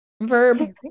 Verb